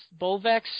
Bolvex